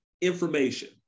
information